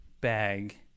bag